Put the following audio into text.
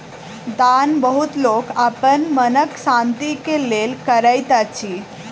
दान बहुत लोक अपन मनक शान्ति के लेल करैत अछि